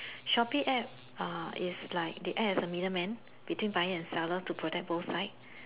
Shoppe App uh is like they act as a middle man between buyer and seller to protect both side